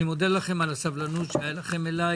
אני מודה לכם על הסבלנות שהייתה לכם אלי